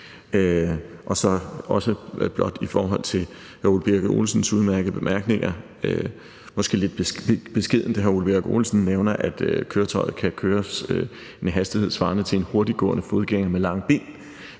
også blot noget i forhold til hr. Ole Birk Olesens udmærkede bemærkninger, og det er måske lidt beskedent: Hr. Ole Birk Olesen nævner, at køretøjet kan køre med en hastighed svarende til en hurtiggående fodgænger med lange ben.